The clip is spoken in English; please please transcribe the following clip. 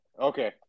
Okay